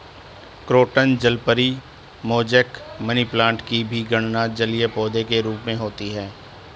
croton जलपरी, mosaic, money plant की भी गणना जलीय पौधे के रूप में होती है